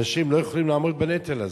אנשים לא יכולים לעמוד בנטל הזה.